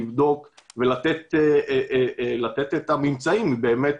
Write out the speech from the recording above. לבדוק ולתת את הממצאים האם באמת